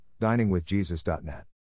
diningwithjesus.net